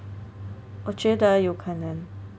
我觉得有可能